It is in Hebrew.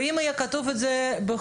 ואם יהיה כתוב את זה בחוק,